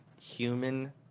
human